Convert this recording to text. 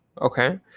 okay